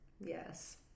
Yes